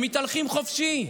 הם מתהלכים חופשי.